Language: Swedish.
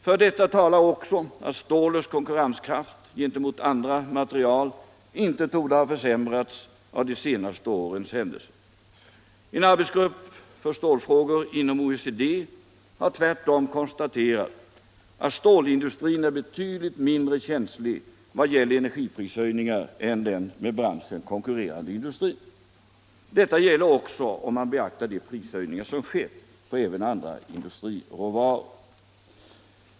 För detta talar också detta det faktum att stålets konkurrenskraft gentemot andra material inte torde ha försämrats av de senaste årens händelser. En arbetsgrupp för stålfrågor inom OECD har tvärtom konstaterat att stålindustrin är betydligt mindre känslig när det gäller energiprishöjningar än den med branschen konkurrerande industrin. Detta gäller också om man beaktar de prishöjningar som skett på även andra industriråvaror.